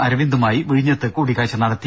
അരവിന്ദുമായി വിഴിഞ്ഞത്ത് കൂടിക്കാഴ്ച നടത്തി